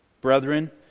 Brethren